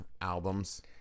Albums